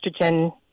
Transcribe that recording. estrogen